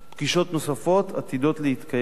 פגישות נוספות עתידות להתקיים,